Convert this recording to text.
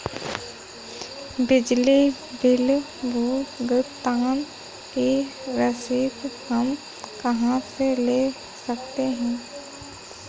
बिजली बिल भुगतान की रसीद हम कहां से ले सकते हैं?